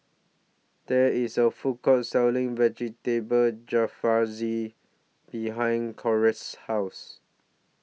There IS A Food Court Selling Vegetable Jalfrezi behind Corrine's House